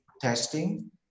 testing